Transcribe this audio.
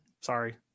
sorry